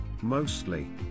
Mostly